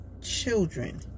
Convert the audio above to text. children